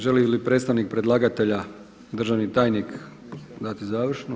Želi li predstavnik predlagatelja državni tajnik dati završno?